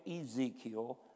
Ezekiel